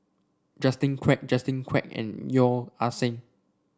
Justin Quek Justin Quek and Yeo Ah Seng